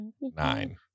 nine